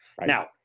Now